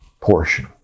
portion